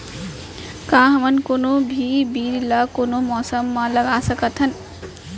का हमन कोनो भी बीज ला कोनो मौसम म लगा सकथन?